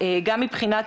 מבחינת